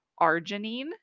arginine